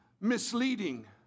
misleading